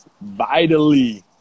Vitally